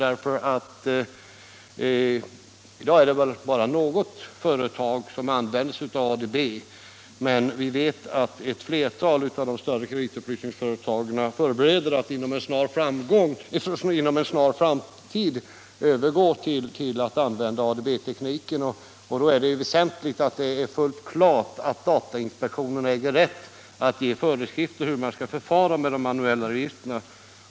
I dag är det bara något företag som använder sig av ADB, men vi vet att ett flertal av de större kreditupplysningsföretagen förbereder att inom en snar framtid övergå till att använda ADB-tekniken, och då är det väsentligt att det står fullt klart att datainspektionen äger rätt att ge föreskrifter för hur man skall förfara med de manuella registren.